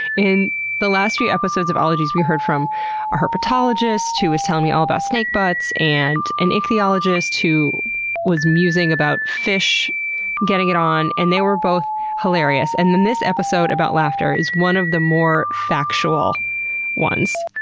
in the last few episodes of ologies, we heard from a herpetologist who was telling me all about snake butts, and an ichthyologist who was musing about fish getting it on, and they were both hilarious. and then then this episode about laughter is one of the more factual ones.